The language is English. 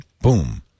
Boom